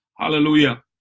Hallelujah